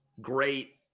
great